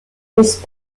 his